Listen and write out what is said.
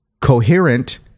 coherent